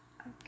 okay